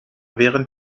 während